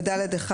ו-(8) ו-(ד)(1),